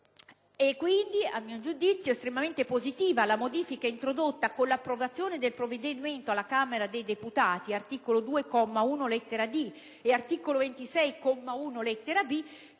È quindi, a mio giudizio, estremamente positiva la modifica introdotta con l'approvazione del provvedimento alla Camera dei deputati (articolo 2, comma 1, lettera *d)* e articolo 26, comma 1,